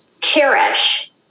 cherish